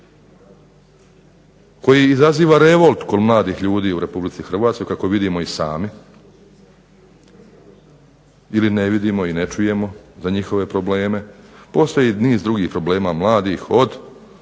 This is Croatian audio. koji izaziva revolt kod mladih ljudi u RH kako vidimo i sami ili ne vidimo i ne čujemo za njihove probleme. Postoji niz drugih problema mladih koje